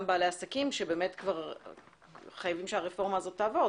בעלי עסקים שבאמת כבר חייבים שהרפורמה הזאת תעבוד.